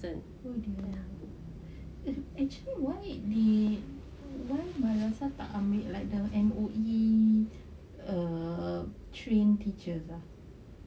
oh dear actually why they why madrasah tak ambil like the M_O_E err trained teachers ah